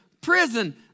prison